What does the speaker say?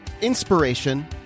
inspiration